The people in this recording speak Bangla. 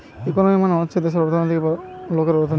ইকোনমি মানে হচ্ছে দেশের অর্থনৈতিক বা লোকের অর্থনীতি